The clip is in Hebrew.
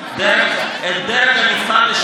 הדרג הנבחר,